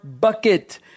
bucket